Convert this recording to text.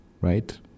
Right